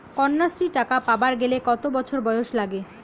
কন্যাশ্রী টাকা পাবার গেলে কতো বছর বয়স লাগে?